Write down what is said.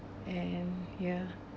and ya